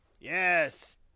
Yes